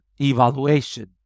evaluation